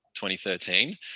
2013